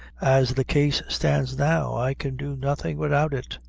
as the case stands now, i can do nothing widout it.